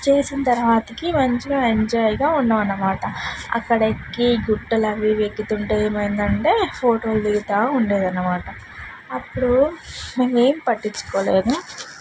చేసిన తర్వాతకి మంచిగా ఎంజాయ్గా ఉన్నాం అనమాట అక్కడెక్కి గుట్టలవి ఇవి ఎక్కుతుంటే ఏమైందంటే ఫోటోలు దిగుతూ ఉండేదనమాట అప్పుడు మేమేం పట్టించుకోలేదు